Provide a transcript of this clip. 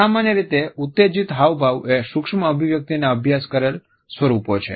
સામાન્ય રીતે ઉત્તેજિત હાવભાવ એ સૂક્ષ્મ અભિવ્યક્તિના અભ્યાસ કરેલ સ્વરૂપો છે